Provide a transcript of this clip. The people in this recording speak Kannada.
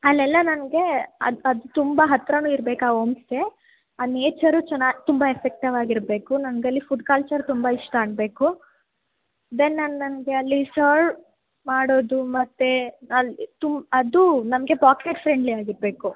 ಅಲ್ಲೆಲ್ಲ ನನಗೆ ಅದು ಅದು ತುಂಬ ಹತ್ತಿರನು ಇರ್ಬೇಕು ಆ ಹೋಮ್ಸ್ಟೇ ಆ ನೇಚರ್ ಚೆನ್ನ ತುಂಬ ಎಫೆಕ್ಟಿವ್ ಆಗಿರಬೇಕು ನನ್ಗೆ ಅಲ್ಲಿ ಫುಡ್ ಕಲ್ಚರ್ ತುಂಬ ಇಷ್ಟ ಆಗಬೇಕು ದೆನ್ ನನ್ನ ನನಗೆ ಅಲ್ಲಿ ಸರ್ವ್ ಮಾಡೋದು ಮತ್ತೆ ಅಲ್ಲಿ ತು ಅದು ನಮಗೆ ಪಾಕೆಟ್ ಫ್ರೆಂಡ್ಲಿ ಆಗಿರಬೇಕು